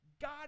God